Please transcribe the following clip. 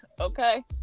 Okay